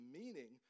meaning